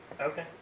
Okay